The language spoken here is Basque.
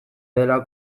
dela